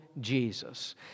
Jesus